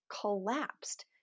collapsed